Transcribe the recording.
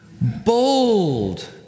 bold